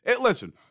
Listen